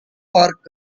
park